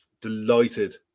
delighted